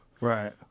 Right